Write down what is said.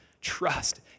Trust